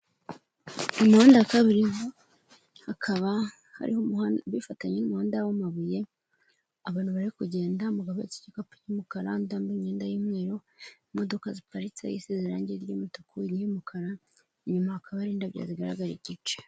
Mu muhanda wa kaburimo, hakaba hafatanye n'umuhanda w'amabuye, abantu bari kugenda, umugabo uhetse igikapu cy'umukara, undi wambaye imyenda y'umweru, imodoka ziparitse isize irangi ry'umutuku, iy'umukara, inyuma hakaba hari indabyo zigaraga igice.